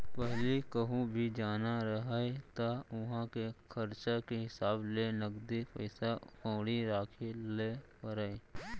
पहिली कहूँ भी जाना रहय त उहॉं के खरचा के हिसाब ले नगदी पइसा कउड़ी राखे ल परय